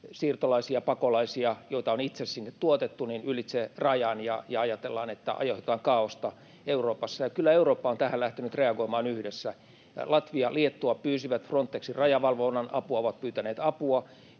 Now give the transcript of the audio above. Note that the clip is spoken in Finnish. siirtolaisia, pakolaisia, joita on itse sinne tuotettu, ylitse rajan, ja ajatellaan, että aiheutetaan kaaosta Euroopassa, ja kyllä Eurooppa on tähän lähtenyt reagoimaan yhdessä. Latvia, Liettua pyysivät Frontexin rajavalvonnan apua — ovat pyytäneet apua.